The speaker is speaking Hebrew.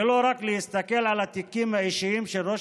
ולא רק להסתכל על התיקים האישיים של ראש